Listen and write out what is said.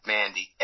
Mandy